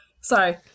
Sorry